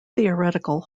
theoretical